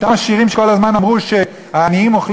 אותם עשירים שכל הזמן אמרו שהעניים אוכלים